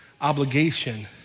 obligation